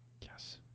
Yes